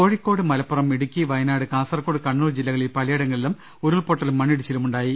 കോഴിക്കോട് മലപ്പുറം ഇടുക്കി വയനാട് കാസർകോട് കണ്ണൂർ ജില്ലകളിൽ പലയിടങ്ങളിലും ഉരുൾപ്പൊട്ടലും മണ്ണിടിച്ചിലും ഉണ്ടായി